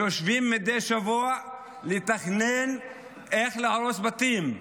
הם יושבים מדי שבוע לתכנן איך להרוס בתים,